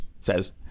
says